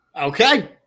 okay